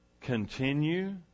Continue